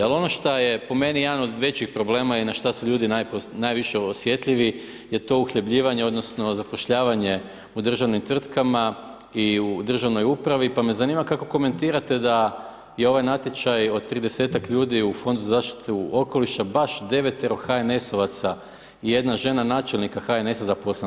Ali ono što je po meni jedan od većih problema, je na šta su ljudi najviše osjetljivi je to uhljebljivanje odnosno zapošljavanje u državnim tvrtkama i u državnoj upravi, pa me zanima kako komentirate da je ovaj natječaj od 30-tak ljudi u Fondu za zaštitu okoliša baš 9-toro HNS-ovaca i jedna žena načelnika HNS-a zaposlena.